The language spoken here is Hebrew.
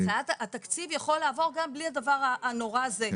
התקציב יכול לעבור גם בלי הדבר הנורא הזה,